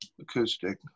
acoustic